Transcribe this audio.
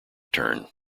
turn